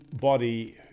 body